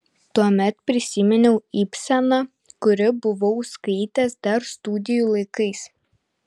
tuomet prisiminiau ibseną kurį buvau skaitęs dar studijų laikais